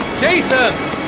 Jason